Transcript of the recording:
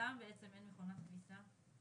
למה בעצם אין מכונת כביסה?